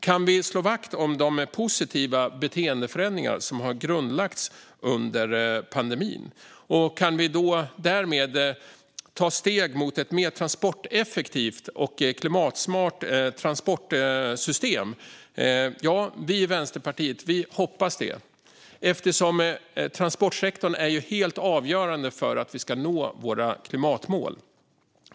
Kan vi slå vakt om de positiva beteendeförändringar som har grundlagts under pandemin? Kan vi därmed ta steg mot ett mer transporteffektivt och klimatsmart transportsystem? Vi i Vänsterpartiet hoppas det, eftersom transportsektorn är helt avgörande för att vi ska nå våra klimatmål.